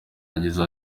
yagize